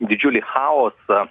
didžiulį chaosą